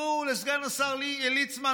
תיתנו לסגן השר ליצמן.